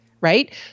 Right